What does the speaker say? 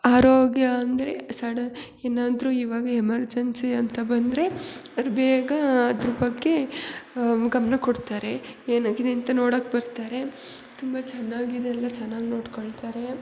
ಆರೋಗ್ಯ ಅಂದರೆ ಸಡನ್ ಏನಾದರೂ ಇವಾಗ ಎಮರ್ಜನ್ಸಿ ಅಂತ ಬಂದರೆ ಅವ್ರು ಬೇಗ ಅದ್ರ ಬಗ್ಗೆ ಗಮನ ಕೊಡ್ತಾರೆ ಏನಾಗಿದೆ ಅಂತ ನೋಡಕ್ಕೆ ಬರ್ತಾರೆ ತುಂಬ ಚೆನ್ನಾಗಿದೆ ಎಲ್ಲ ಚೆನ್ನಾಗಿ ನೋಡಿಕೊಳ್ತಾರೆ